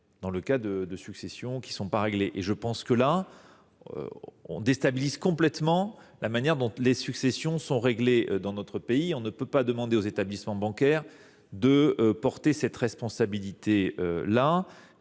dans le cas de successions qui ne sont pas réglées. Cela déstabiliserait complètement la manière dont les successions sont réglées dans notre pays. Nous ne pouvons pas demander aux établissements bancaires d’endosser une telle responsabilité.